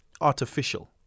artificial